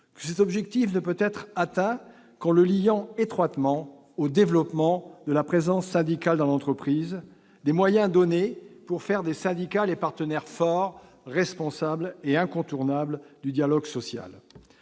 que cet objectif ne peut être atteint qu'en le liant étroitement au développement de la présence syndicale dans l'entreprise, des moyens donnés pour faire des syndicats les partenaires forts, responsables et incontournables du dialogue social.